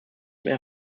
mehr